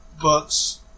Books